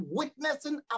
witnessing